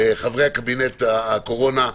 חברי קבינט הקורונה.